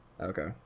Okay